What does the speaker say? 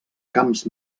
camps